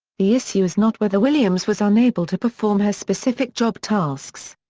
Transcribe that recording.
the issue is not whether williams was unable to perform her specific job tasks.